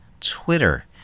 Twitter